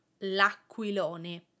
L'aquilone